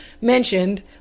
mentioned